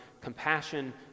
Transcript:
compassion